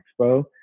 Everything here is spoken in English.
Expo